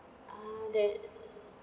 ah that